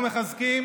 אנחנו מחזקים